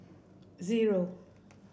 zero